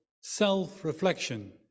self-reflection